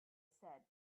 said